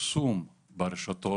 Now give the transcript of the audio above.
פרסום ברשתות,